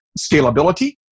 scalability